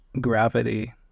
gravity